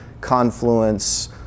Confluence